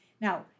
Now